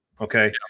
okay